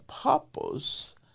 purpose